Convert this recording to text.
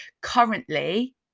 Currently